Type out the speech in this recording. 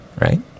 right